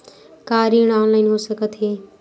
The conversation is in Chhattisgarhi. का ऋण ऑनलाइन हो सकत हे?